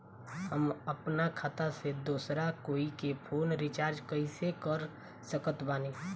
हम अपना खाता से दोसरा कोई के फोन रीचार्ज कइसे कर सकत बानी?